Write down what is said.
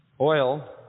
Oil